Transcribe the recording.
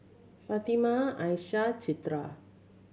Fatimah Aisyah Citra